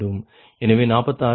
எனவே 46